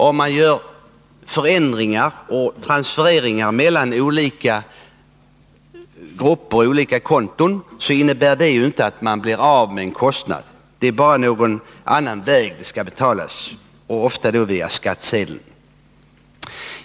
Att man gör transfereringar mellan olika konton innebär ju inte att man blir av med en kostnad utan bara att den skall betalas någon annan väg, ofta då via skattsedeln.